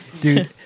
Dude